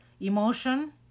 Emotion